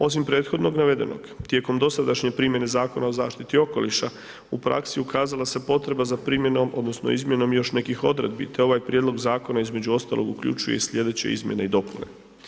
Osim prethodno navedenog tijekom dosadašnje primjene Zakona o zaštiti okoliša u praksi ukazala se potreba za primjenom odnosno izmjenom još nekih odredbi te ovaj prijedlog zakona između ostalog uključuje i sljedeće izmjene i dopune.